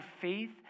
faith